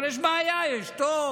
אבל יש בעיה: יש תור.